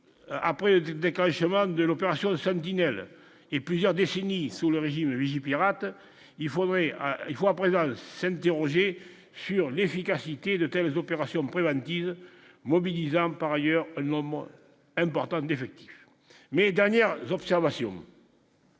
après, du déclenchement de l'opération samedi Neil et plusieurs décennies sous le régime Vigipirate il faudrait il faut à présent celle sur l'efficacité de telles opérations préventives mobilisant par ailleurs le moment important d'effectifs mais dernière observation.